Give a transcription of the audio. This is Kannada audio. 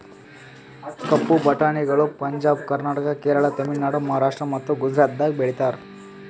ಕಪ್ಪು ಬಟಾಣಿಗಳು ಪಂಜಾಬ್, ಕರ್ನಾಟಕ, ಕೇರಳ, ತಮಿಳುನಾಡು, ಮಹಾರಾಷ್ಟ್ರ ಮತ್ತ ಗುಜರಾತದಾಗ್ ಬೆಳೀತಾರ